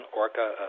orca